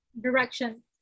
direction